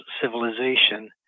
civilization